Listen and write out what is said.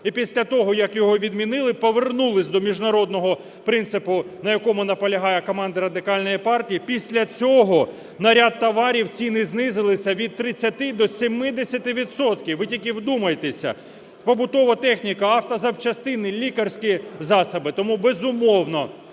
І після того, як його відмінили, повернулися до міжнародного принципу, на якому наполягає команда Радикальної партії, після цього на ряд товарів ціни знизилися від 30 до 70 відсотків, ви тільки вдумайтеся: побутова техніка, автозапчастини, лікарські засоби. Тому, безумовно,